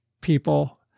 people